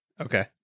Okay